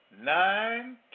Nine